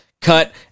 cut